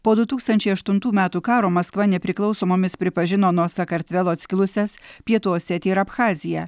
po du tūkstančiai aštuntų metų karo maskva nepriklausomomis pripažino nuo sakartvelo atskilusias pietų osetiją ir abchaziją